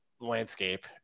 landscape